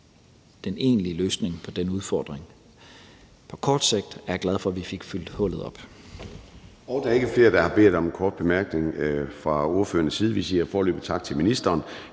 den egentlige løsning på den udfordring. På kort sigt er jeg glad for, at vi fik fyldt hullet op.